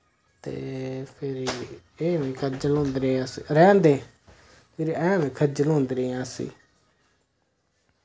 ते फिर एह् बी खज्जल होंदे रेह् अस रौंह्दे फिर ऐवें खज्जल होंदे रेह् आं असी